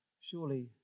Surely